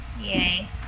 Yay